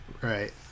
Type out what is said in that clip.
Right